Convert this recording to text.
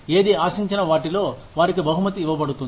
ఏది ఆశించిన వాటిలో వారికి బహుమతి ఇవ్వబడుతుంది